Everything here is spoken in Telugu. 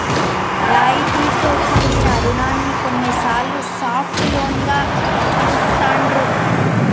రాయితీతో కూడిన రుణాన్ని కొన్నిసార్లు సాఫ్ట్ లోన్ గా పిలుత్తాండ్రు